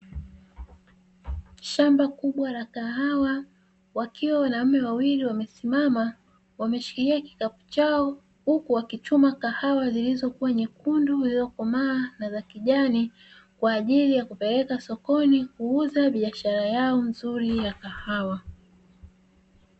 Shamba kubwa la kahawa wakiwa wanaume wawili wamesimama, wameshikilia kikapu chao huku wakichuma kahawa zilizokuwa nyekunde zilizokomaa, na za kijani kwa ajili ya kupeleka sokoni kuuza biashara yao nzuri ya kahawa.